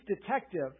detective